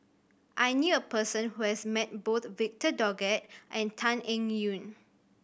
I knew a person who has met both Victor Doggett and Tan Eng Yoon